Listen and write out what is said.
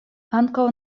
ankaŭ